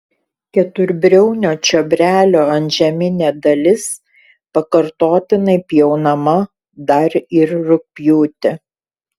keturbriaunio čiobrelio antžeminė dalis pakartotinai pjaunama dar ir rugpjūtį